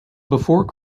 before